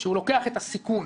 שהוא לוקח את הסיכון.